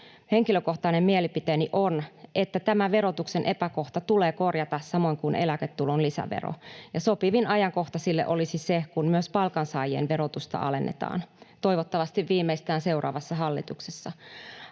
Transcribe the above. Henkilökohtainen mielipiteeni on, että tämä verotuksen epäkohta tulee korjata samoin kuin eläketulon lisävero, ja sopivin ajankohta sille olisi se, kun myös palkansaajien verotusta alennetaan — toivottavasti viimeistään seuraavassa hallituksessa.